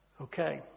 Okay